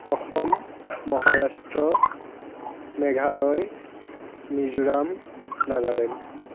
Assam Maharashtra Meghalaya Mizoram Nagaland